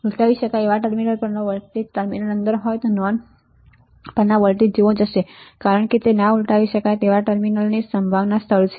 ઉલટાવી શકાય ટર્મિનલ પરનો વોલ્ટેજ ટર્મિનલ અંદર હોય ત્યારે નોન પરના વોલ્ટેજ જેવો જ હશે કારણ કે ના ઉલટાવી શકાય ટર્મિનની સંભાવના સ્તર પર છે